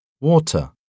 Water